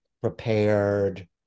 prepared